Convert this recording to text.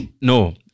No